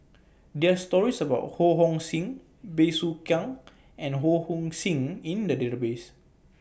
There Are stories about Ho Hong Sing Bey Soo Khiang and Ho Hong Sing in The Database